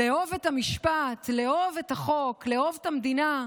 לאהוב את המשפט, לאהוב את החוק, לאהוב את המדינה,